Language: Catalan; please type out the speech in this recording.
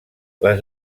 les